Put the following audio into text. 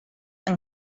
yng